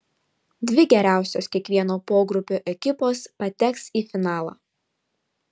dvi geriausios kiekvieno pogrupio ekipos pateks į finalą